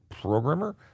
programmer